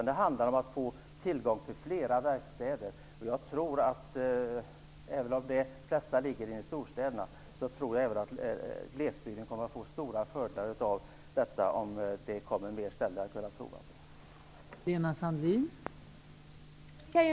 Det handlar om att få tillgång till flera verkstäder. Trots att de flesta verkstäderna ligger i storstäderna, tror jag att även glesbygden kommer att få stora fördelar av att få flera ställen att prova på.